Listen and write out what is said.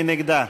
מי נגדה?